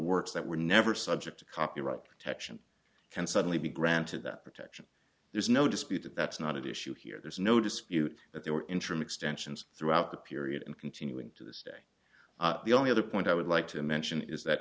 words that were never subject to copyright protection can suddenly be granted that there's no dispute that that's not an issue here there's no dispute that they were interim extensions throughout the period and continuing to this day the only other point i would like to mention is that